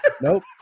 Nope